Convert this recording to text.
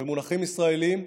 במונחים ישראליים,